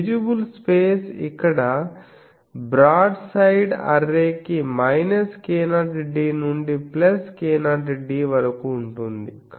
visible space ఇక్కడ broadside అర్రేకి minus k0d నుండి ప్లస్ k0d వరకు ఉంటుంది